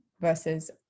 versus